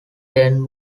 then